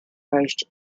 merged